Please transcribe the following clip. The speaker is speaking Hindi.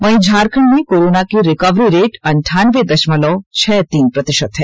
वहीं झारखंड में कोरोना की रिकवरी रेट अनठानबे दशमलव छह तीन प्रतिशत हैं